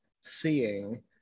seeing